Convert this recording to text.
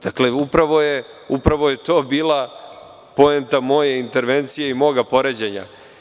Dakle, upravo je to bila poenta moje intervencije i moga poređenja.